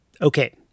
Okay